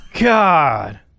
God